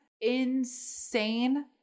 insane